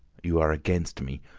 you are against me.